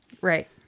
right